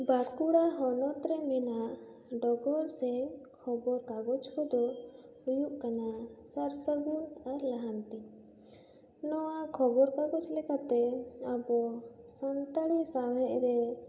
ᱵᱟᱸᱠᱤᱲᱟ ᱦᱚᱱᱚᱛ ᱨᱮ ᱢᱮᱱᱟᱜ ᱰᱚᱜᱚᱨ ᱥᱮ ᱠᱷᱚᱵᱚᱨ ᱠᱟᱜᱚᱡᱽ ᱠᱚᱫᱚ ᱦᱩᱭᱩᱜ ᱠᱟᱱᱟ ᱥᱟᱨ ᱥᱟᱹᱜᱩᱱ ᱟᱨ ᱞᱟᱦᱟᱱᱛᱤ ᱱᱚᱣᱟ ᱠᱷᱚᱵᱚᱨ ᱠᱟᱜᱚᱡᱽ ᱞᱮᱠᱟᱛᱮ ᱟᱵᱚ ᱥᱟᱱᱛᱟᱲᱤ ᱥᱟᱶᱦᱮᱫ ᱨᱮ